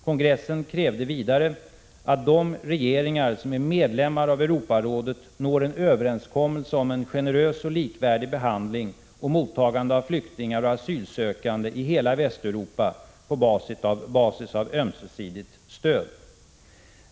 Kongressen krävde vidare att de regeringar som är medlemmar av Europarådet når en överenskommelse om generös och likvärdig behandling och mottagande av flyktingar och asylsökande i hela Västeuropa på basis av ömsesidigt stöd.